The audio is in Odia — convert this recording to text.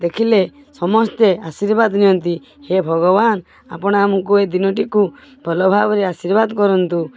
ଦେଖିଲେ ସମସ୍ତେ ଆଶିର୍ବାଦ ନିଅନ୍ତି ହେ ଭଗବାନ ଆପଣ ଆମକୁ ଏ ଦିନଟିକୁ ଭଲ ଭାବରେ ଆଶିର୍ବାଦ କରନ୍ତୁ